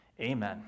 amen